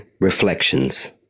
Reflections